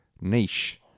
niche